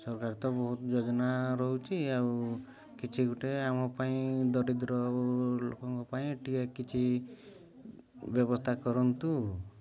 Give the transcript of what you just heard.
ସରକାର ତ ବହୁତ ଯୋଜନା ରହୁଛି ଆଉ କିଛି ଗୋଟେ ଆମ ପାଇଁ ଦରିଦ୍ର ଲୋକଙ୍କ ପାଇଁ ଟିକେ କିଛି ବ୍ୟବସ୍ଥା କରନ୍ତୁ